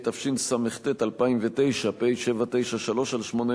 התשס"ט 2009 פ/793/18,